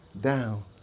down